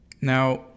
Now